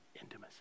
intimacy